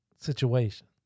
situation